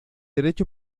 derecho